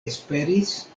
esperis